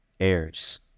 Heirs